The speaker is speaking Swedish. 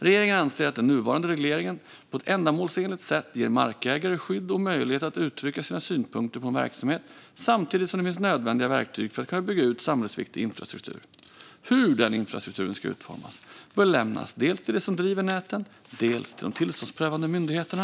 Regeringen anser att den nuvarande regleringen på ett ändamålsenligt sätt ger markägare skydd och möjlighet att uttrycka sina synpunkter på en verksamhet samtidigt som det finns nödvändiga verktyg för att kunna bygga ut samhällsviktig infrastruktur. Hur den infrastrukturen ska utformas bör lämnas dels till dem som driver näten, dels till de tillståndsprövande myndigheterna.